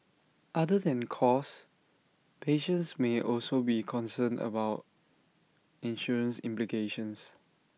other than cost patients may also be concerned about insurance implications